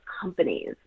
companies